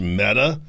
meta